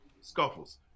scuffles